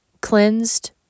cleansed